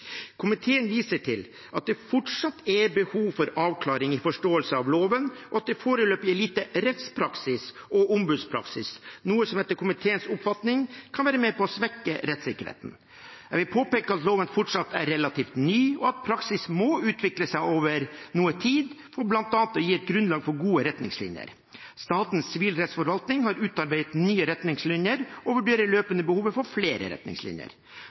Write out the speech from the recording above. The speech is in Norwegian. Komiteen viser til at det fortsatt er behov for avklaring i forståelsen av loven, og at det foreløpig er lite rettspraksis og ombudspraksis, noe som etter komiteens oppfatning kan være med på å svekke rettssikkerheten. Jeg vil påpeke at loven fortsatt er relativt ny, og at praksis må utvikle seg over noe tid, for bl.a. å gi et grunnlag for gode retningslinjer. Statens sivilrettsforvaltning har utarbeidet nye retningslinjer og vurderer løpende behovet for flere retningslinjer.